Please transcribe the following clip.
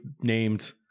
named